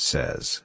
Says